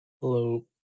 Hello